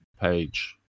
page